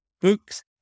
books